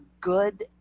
good